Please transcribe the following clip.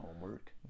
homework